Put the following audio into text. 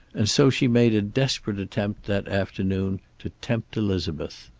and so she made a desperate attempt, that afternoon, to tempt elizabeth.